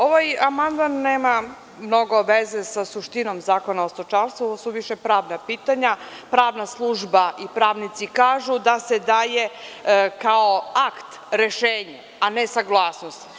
Ovaj amandman nema mnogo veze sa suštinom Zakona o stočarstvu više pravna pitanja, pravna služba i pravnici kažu da se daje kao akt rešenja, a ne saglasnosti.